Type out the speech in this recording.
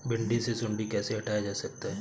भिंडी से सुंडी कैसे हटाया जा सकता है?